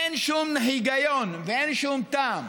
אין שום היגיון ואין שום טעם.